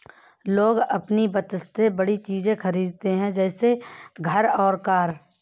लोग अपनी बचत से बड़ी चीज़े खरीदते है जैसे घर और कार